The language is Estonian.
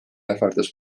ähvardas